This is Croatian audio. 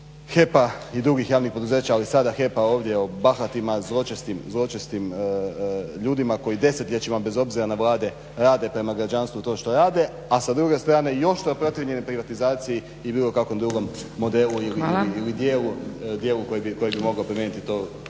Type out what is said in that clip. HEP-a i drugih javnih poduzeća, ali sada HEP-a ovdje o bahatim, zločestim ljudima koji desetljećima bez obzira na vlade rade prema građanstvu to što rade, a sa druge strane još to je protivljenje privatizaciji i bilo kakvom drugom modelu ili dijelu koji bi mogao promijeniti to